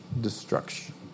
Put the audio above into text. destruction